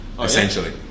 essentially